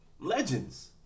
Legends